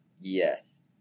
Yes